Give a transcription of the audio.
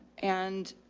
and